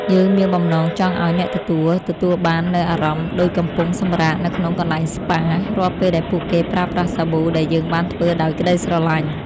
យើងមានបំណងចង់ឱ្យអ្នកទទួលទទួលបាននូវអារម្មណ៍ដូចកំពុងសម្រាកនៅក្នុងកន្លែងស្ប៉ា រាល់ពេលដែលពួកគេប្រើប្រាស់សាប៊ូដែលយើងបានធ្វើដោយក្តីស្រឡាញ់។